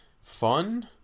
fun